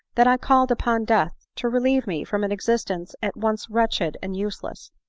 that i called upon death to relieve me from an existence at once wretched and useless.